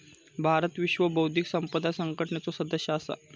भारत विश्व बौध्दिक संपदा संघटनेचो सदस्य असा